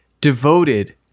devoted